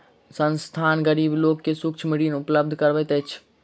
संस्थान, गरीब लोक के सूक्ष्म ऋण उपलब्ध करबैत अछि